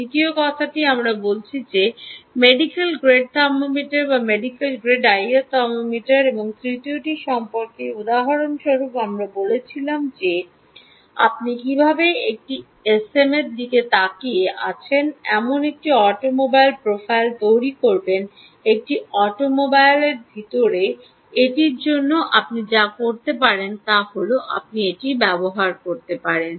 দ্বিতীয় কথাটি আমরা বলেছি মেডিকেল গ্রেড থার্মোমিটার বা মেডিকেল গ্রেড আইআর থার্মোমিটার এবং তৃতীয়টি সম্পর্কে উদাহরণস্বরূপ আমরা বলেছিলাম আপনি কীভাবে একটি এসএমের দিকে তাকিয়ে আছেন এমন একটি অটোমোবাইলের প্রোফাইল তৈরি করবেন একটি অটোমোবাইলের ভিতরে এটির জন্য আপনি যা করতে পারেন তা হল আপনি ব্যবহার করতে পারেন